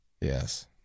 Yes